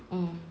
mm